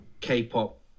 k-pop